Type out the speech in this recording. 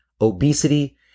obesity